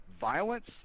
Violence